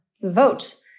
vote